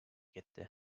etti